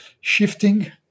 shifting